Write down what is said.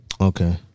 Okay